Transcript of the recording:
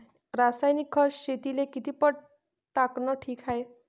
रासायनिक खत शेतीले किती पट टाकनं ठीक हाये?